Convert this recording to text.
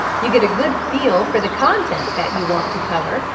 you get a good feel for the content that you want to cover,